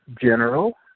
general